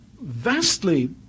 vastly